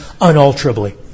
unalterably